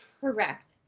Correct